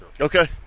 okay